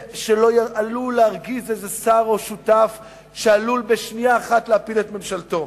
שלא ירגיז איזה שר או שותף שעלול בשנייה אחת להפיל את ממשלתו.